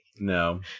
No